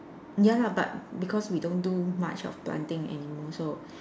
ya lah but because we don't do much of planting anymore so